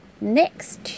next